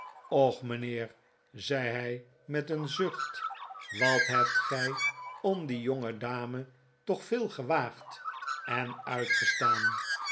mijnheer zei hij met een zucht wat hebt gij om die jongedame toch veel gewaagd en uitgestaan